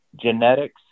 genetics